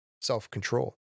self-control